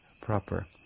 proper